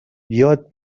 یاد